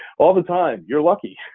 all the time, you're lucky